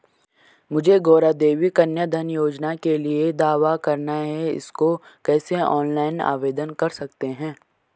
मुझे गौरा देवी कन्या धन योजना के लिए दावा करना है इसको कैसे ऑनलाइन आवेदन कर सकते हैं?